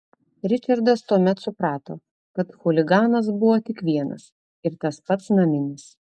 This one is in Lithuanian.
ričardas tuomet suprato kad chuliganas buvo tik vienas ir tas pats naminis